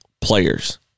players